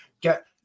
get